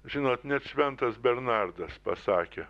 žinot net šventas bernardas pasakė